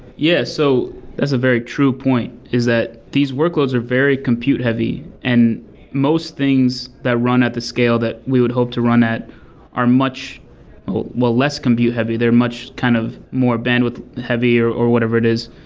yeah. so that's a very true point, is that these workloads are very compute heavy and most things that run at the scale that we would hope to run at are much well, less compute-heavy. they're much kind of more bandwidth-heavy or or whatever it is.